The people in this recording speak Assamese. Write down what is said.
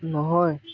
নহয়